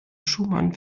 schumann